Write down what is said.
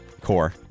Core